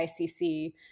ICC